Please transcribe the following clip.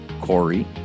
corey